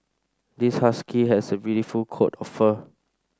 this husky has a beautiful coat of fur